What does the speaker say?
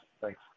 Thanks